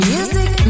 Music